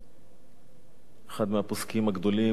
אחד מהפוסקים הגדולים,